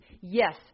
Yes